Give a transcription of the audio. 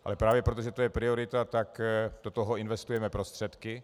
Ale právě proto, že to je priorita, tak do toho investujeme prostředky.